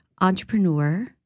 entrepreneur